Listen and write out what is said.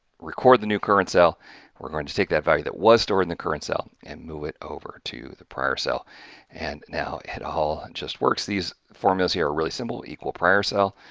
record the new current cell we're going to take that value that was stored in the current cell and move it over to the prior cell and now, it all just works these formulas here are really simple equal prior cell,